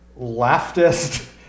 leftist